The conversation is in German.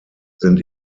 sind